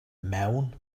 mewn